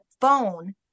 phone